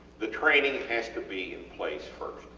the training has to be in place first.